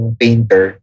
painter